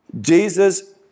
Jesus